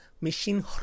Machine